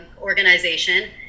organization